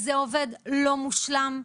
זה עובד לא מושלם.